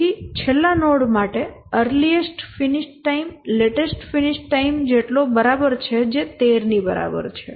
તેથી છેલ્લા નોડ માટે earliest finish time latest finish time જેટલો બરાબર છે જે 13 ની બરાબર છે